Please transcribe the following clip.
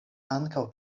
ankaŭ